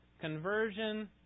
conversion